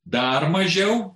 dar mažiau